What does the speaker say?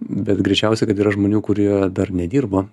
bet greičiausiai kad yra žmonių kurie dar nedirbo